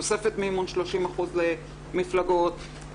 תוספת מימון 30% למפלגות,